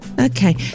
Okay